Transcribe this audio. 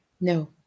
no